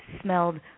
smelled